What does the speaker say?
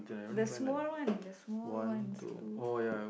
the small one the small one two